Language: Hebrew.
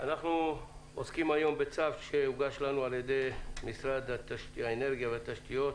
אנחנו עוסקים היום בצו שהוגש לנו על-ידי משרד האנרגיה והתשתיות,